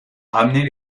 ramener